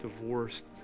divorced